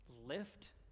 Lift